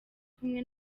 kumwe